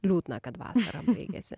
liūdna kad vasara baigėsi